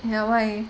ya why